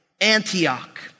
Antioch